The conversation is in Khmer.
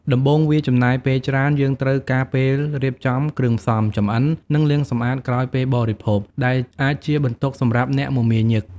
ដំបូង វាចំណាយពេលច្រើន យើងត្រូវការពេលរៀបចំគ្រឿងផ្សំ ចម្អិន និងលាងសម្អាតក្រោយពេលបរិភោគ ដែលអាចជាបន្ទុកសម្រាប់អ្នកមមាញឹក។